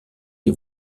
die